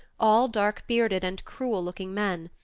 all dark-bearded, and cruel-looking men.